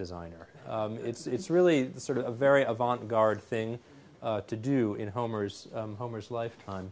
designer it's really sort of a very avant garde thing to do in homer's homer's lifetime